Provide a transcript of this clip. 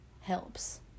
helps